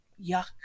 yuck